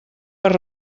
per